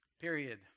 Period